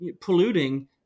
polluting